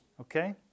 Okay